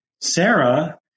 sarah